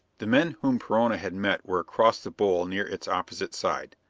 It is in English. the men whom perona had met were across the bowl near its opposite side.